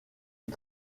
est